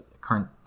current